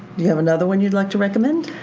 you have another one you'd like to recommend?